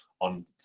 on